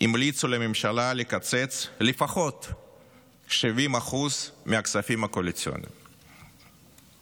המליצו לממשלה לקצץ 70% מהכספים הקואליציוניים לפחות.